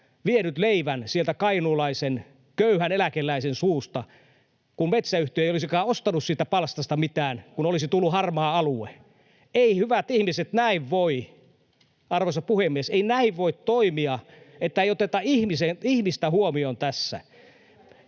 vienyt leivän sen kainuulaisen köyhän eläkeläisen suusta, kun metsäyhtiö ei olisikaan ostanut siitä palstasta mitään, kun siitä olisi tullut harmaa alue. [Välihuutoja vihreiden ryhmästä] Ei hyvät ihmiset näin voi, arvoisa puhemies, ei näin voi toimia, että ei oteta ihmistä huomioon tässä.